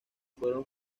fueron